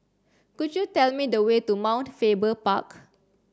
could you tell me the way to Mount Faber Park